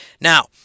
Now